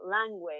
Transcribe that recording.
language